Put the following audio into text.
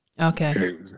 Okay